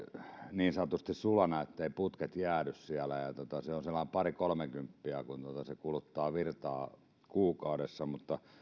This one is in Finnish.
niin sanotusti sulana etteivät putket jäädy siellä ja se on sellainen pari kolme kymppiä mitä se kuluttaa virtaa kuukaudessa mutta